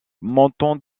montant